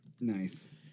Nice